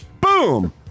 boom